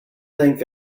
think